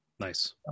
Nice